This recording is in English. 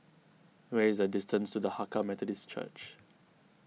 what is the distance to the Hakka Methodist Church